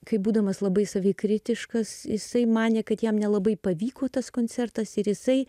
kaip būdamas labai savikritiškas jisai manė kad jam nelabai pavyko tas koncertas ir jisai